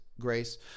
grace